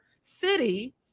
city